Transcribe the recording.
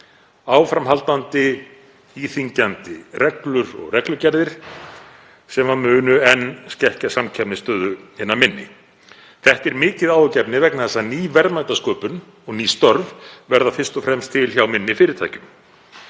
áframhaldandi íþyngjandi reglur og reglugerðir sem munu enn skekkja samkeppnisstöðu hinna minni. Þetta er mikið áhyggjuefni vegna þess að ný verðmætasköpun og ný störf verða fyrst og fremst til hjá minni fyrirtækjum.